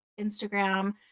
Instagram